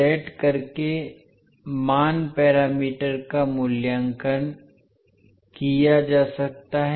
set करके मान parameter का मूल्यांकन किया जा सकता है